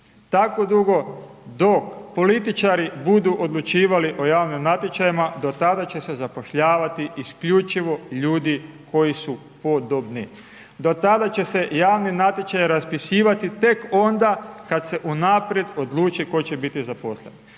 tako dugo, dok političari budu odlučivali o javnim natječajima, do tada će se zapošljavati isključivo ljudi koji su podobni. Do tada će se javni natječaj raspisivati tek onda kada se unaprijed odluči tko će biti zaposlen.